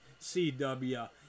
CW